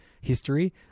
history